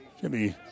Jimmy